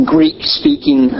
Greek-speaking